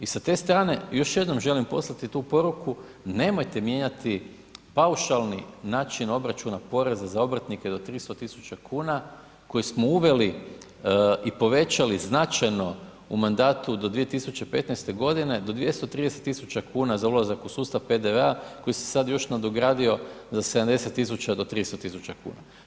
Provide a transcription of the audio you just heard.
I sa te strane još jednom želim poslati tu poruku nemojte mijenjati paušalni način obračuna poreza za obrtnike do 300 tisuća kuna koje smo uveli i povećali značajno u mandatu do 2015. godine do 230 tisuća kuna za ulazak u sustav PDV-a koji se sad još nadogradio za 70 tisuća do 30 tisuća kuna.